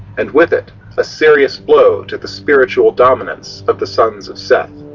and with it a serious blow to the spiritual dominance of the sons of seth.